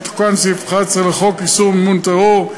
יתוקן סעיף 11 לחוק איסור מימון טרור,